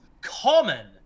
Common